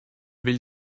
will